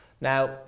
Now